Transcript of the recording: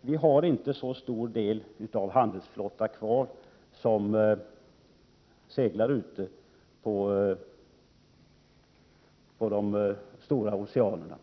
Vi har inte så stor del av vår handelsflotta kvar som seglar ute på de stora oceanerna.